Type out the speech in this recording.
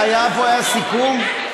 היה פה, היה סיכום?